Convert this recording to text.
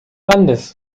landes